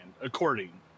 According